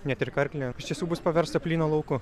net ir karklė iš tiesų bus paversta plynu lauku